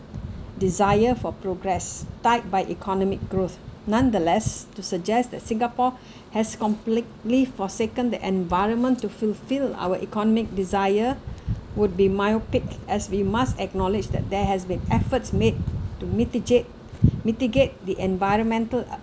desire for progress tied by economic growth nonetheless to suggest that singapore has completely forsaken the environment to fulfil our economic desire would be myopic as we must acknowledge that there has been efforts made to mitigate mitigate the environmental